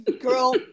girl